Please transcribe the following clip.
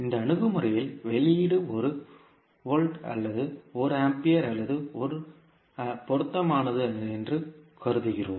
இந்த அணுகுமுறையில் வெளியீடு ஒரு வோல்ட் அல்லது ஒரு ஆம்பியர் அல்லது பொருத்தமானது என்று கருதுகிறோம்